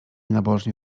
nabożnie